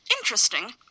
interesting